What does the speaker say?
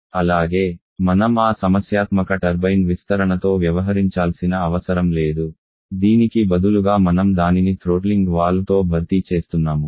అలాగే మనం ఆ సమస్యాత్మక టర్బైన్ విస్తరణతో వ్యవహరించాల్సిన అవసరం లేదు దీనికి బదులుగా మనం దానిని థ్రోట్లింగ్ వాల్వ్తో భర్తీ చేస్తున్నాము